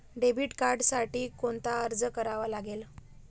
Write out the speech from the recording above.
Debit कार्डसाठी कोणता अर्ज करावा लागेल?